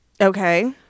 Okay